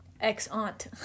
ex-aunt